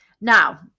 Now